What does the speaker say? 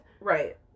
Right